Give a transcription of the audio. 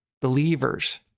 Believers